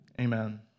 Amen